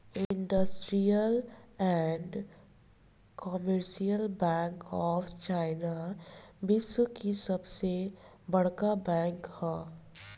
industrial and commercial bank of China विश्व की सबसे बड़का बैंक ह